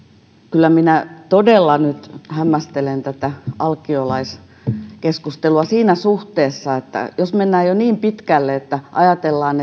kyllä minä todella nyt hämmästelen tätä alkio laiskeskustelua siinä suhteessa jos mennään jo niin pitkälle että ajatellaan